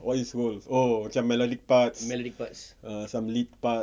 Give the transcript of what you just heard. what his roles oh macam melodic parts some lead parts